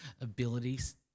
abilities